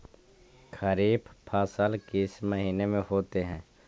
खरिफ फसल किस महीने में होते हैं?